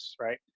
right